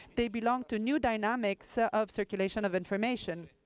they belong to new dynamics of circulation of information.